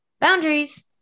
boundaries